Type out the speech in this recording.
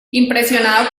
impresionado